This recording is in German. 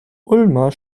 ulmer